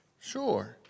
Sure